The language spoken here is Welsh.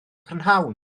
prynhawn